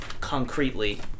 concretely